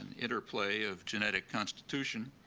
and interplay of genetic constitution,